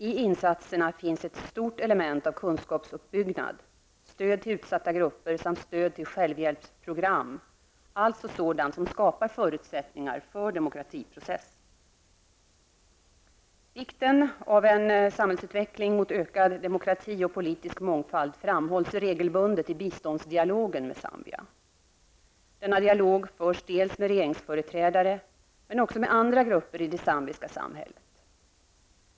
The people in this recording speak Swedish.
I insatserna finns ett stort element av kunskapsuppbyggnad, stöd till utsatta grupper samt stöd till självhjälpsprogram, alltså sådant som skapar förutsättningar för en demokratiprocess. Vikten av en samhällsutveckling mot ökad demokrati och politisk mångfald framhålls regelbundet i biståndsdialogen med Zambia. Denna dialog förs med regeringsföreträdare, men också med andra grupper i det zambiska samhället.